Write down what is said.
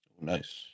Nice